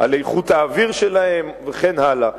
על איכות האוויר שלהם וכן הלאה.